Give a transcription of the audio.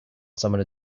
someone